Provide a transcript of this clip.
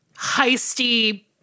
heisty